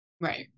Right